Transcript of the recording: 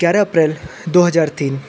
ग्यारह अप्रैल दो हजार तीन